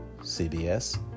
CBS